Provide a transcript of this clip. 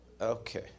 Okay